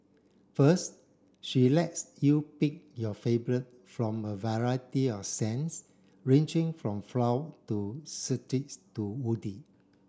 first she lets you pick your favourite from a variety of scents ranging from to to woody